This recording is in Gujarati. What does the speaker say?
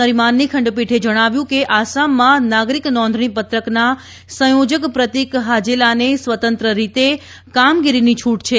નરીમાનની ખંડપીઠે જણાવ્યું કે આસામમાં નાગિરક નોંધણીપત્રકના સંયોજક પ્રતિક હાજેલાને સ્વતંત્ર રીતે કામગીરીની છૂટ છે